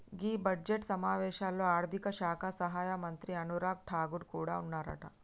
గీ budget సమావేశాల్లో ఆర్థిక శాఖ సహాయక మంత్రి అనురాగ్ ఠాగూర్ కూడా ఉన్నారట